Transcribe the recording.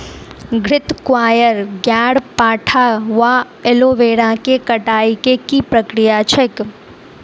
घृतक्वाइर, ग्यारपाठा वा एलोवेरा केँ कटाई केँ की प्रक्रिया छैक?